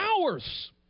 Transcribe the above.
hours